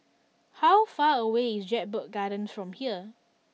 how far away is Jedburgh Gardens from here